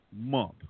month